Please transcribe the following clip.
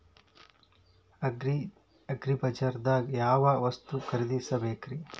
ಅಗ್ರಿಬಜಾರ್ದಾಗ್ ಯಾವ ವಸ್ತು ಖರೇದಿಸಬೇಕ್ರಿ?